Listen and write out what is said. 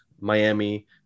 miami